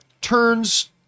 turns